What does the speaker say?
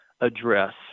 address